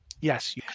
Yes